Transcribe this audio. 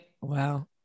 wow